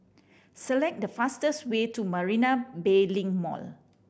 select the fastest way to Marina Bay Link Mall